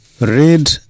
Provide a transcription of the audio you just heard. read